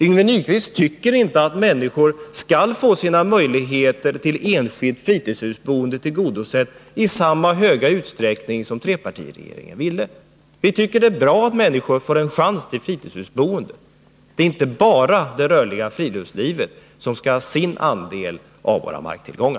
Yngve Nyquist tycker inte att människor skall få sina önskemål om enskilt fritidshusboende tillgodosedda i samma utsträckning som trepartiregeringen ville. Vi tycker att det är bra att människor får en chans till fritidshusboende. Det är inte bara det rörliga friluftslivet som skall ha sin andel av våra marktillgångar.